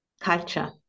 culture